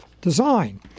design